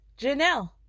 janelle